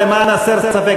למען הסר ספק,